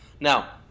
Now